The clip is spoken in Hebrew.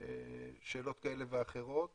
שאלות כאלה ואחרות